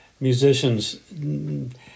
musicians